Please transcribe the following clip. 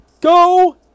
go